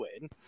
win